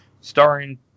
starring